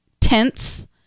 tense